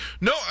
No